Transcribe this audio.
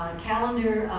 calendar